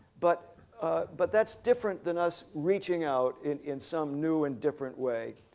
but but that's different than us reaching out in in some new and different way